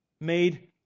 made